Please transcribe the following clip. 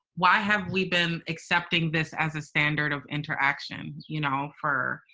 why have we been accepting this as a standard of interaction, you know, for,